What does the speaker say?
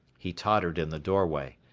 he tottered in the doorway.